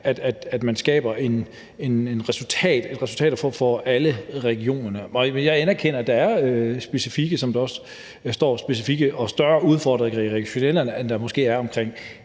at man skaber resultater for alle regionerne. Og jeg anerkender, at der, som der også står, er specifikke og større udfordringer i Region Sjælland, end der måske er omkring